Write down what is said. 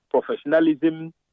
professionalism